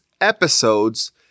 episodes